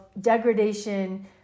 degradation